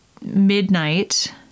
midnight